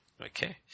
Okay